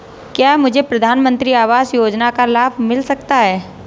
क्या मुझे प्रधानमंत्री आवास योजना का लाभ मिल सकता है?